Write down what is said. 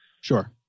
sure